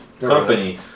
company